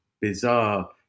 bizarre